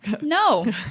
No